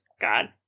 God